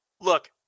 look